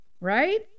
right